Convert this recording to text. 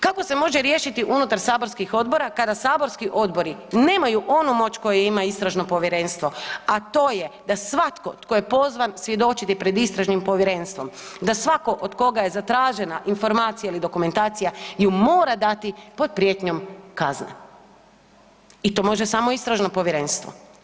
Kako se može riješiti unutar saborskih odbora kada saborski odbori nemaju onu moć koju ima istražno povjerenstvo, a to je da svatko tko je pozvan svjedočiti pred istražnim povjerenstvom, da svatko od koga je zatražena informacija ili dokumentacija ju mora dati pod prijetnjom kazne i to može samo istražno povjerenstvo.